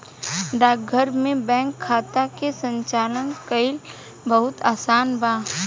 डाकघर में बैंक खाता के संचालन कईल बहुत आसान बा